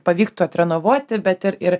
pavyktų atrenovuoti bet ir ir